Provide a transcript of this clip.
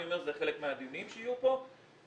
זה חלק מהדיונים שיהיו פה,